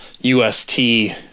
UST